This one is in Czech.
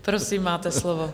Prosím, máte slovo.